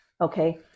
okay